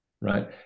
right